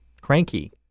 cranky